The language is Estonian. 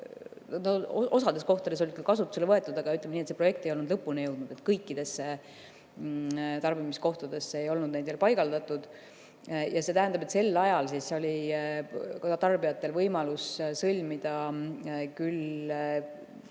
Osas kohtades need oli ka kasutusele võetud, aga ütleme nii, et see projekt ei olnud lõpuni jõudnud, kõikidesse tarbimiskohtadesse ei olnud neid paigaldatud. Ja see tähendab, et sel ajal oli tarbijatel võimalus sõlmida küll